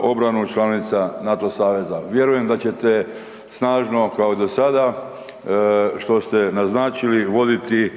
obranu članica NATO saveza. Vjerujem da ćete snažno, kao i do sada, što ste naznačili, voditi